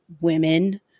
women